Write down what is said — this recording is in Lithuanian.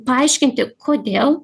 paaiškinti kodėl